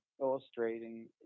illustrating